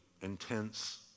intense